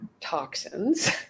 Toxins